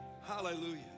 Hallelujah